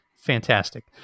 Fantastic